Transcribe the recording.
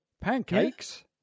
Pancakes